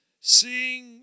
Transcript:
seeing